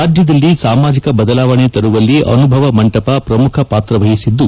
ರಾಜ್ಯದಲ್ಲಿ ಸಾಮಾಜಿಕ ಬದಲಾವಣೆ ತರುವಲ್ಲಿ ಅನುಭವ ಮಂಟಪ ಪ್ರಮುಖ ಪಾತ್ರ ವಹಿಸಿದ್ದು